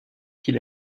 qu’il